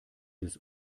des